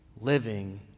living